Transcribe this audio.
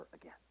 again